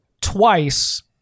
twice